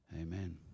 Amen